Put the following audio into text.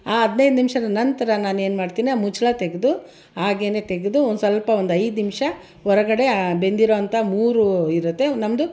ಆ ಹದಿನೈದು ನಿಮಿಷದ ನಂತರ ನಾನೇನು ಮಾಡ್ತೀನಿ ಆ ಮುಚ್ಚಳ ತೆಗೆದು ಹಾಗೆಯೇ ತೆಗೆದು ಒಂದು ಸ್ವಲ್ಪ ಒಂದು ಐದು ನಿಮಿಷ ಹೊರಗಡೆ ಆ ಬೆಂದಿರುವಂಥ ಮೂರು ಇರುತ್ತೆ ನಮ್ಮದು